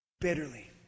bitterly